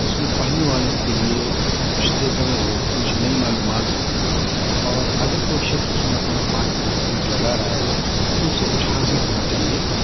اُس میں پڑھنے والوں کے لیے کچھ ٹیک اوے ہو کچھ نئی معلومات ہوں اور اگر کوئی شخص اُس میں اپنا پانچ منٹ دس منٹ لگا رہا ہے تو اُسے کچھ حاصل ہونا چاہیے